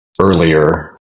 earlier